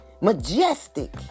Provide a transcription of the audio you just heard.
Majestic